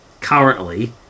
currently